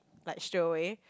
like straight away